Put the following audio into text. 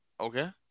Okay